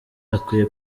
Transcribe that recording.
bakwiye